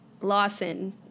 Lawson